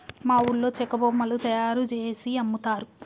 మా ఊర్లో చెక్క బొమ్మలు తయారుజేసి అమ్ముతారు